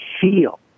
feel